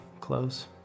clothes